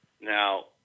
Now